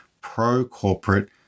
pro-corporate